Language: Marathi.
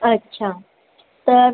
अच्छा तर